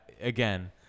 again